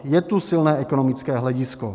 Je tu silné ekonomické hledisko.